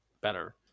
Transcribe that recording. better